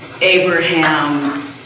Abraham